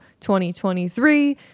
2023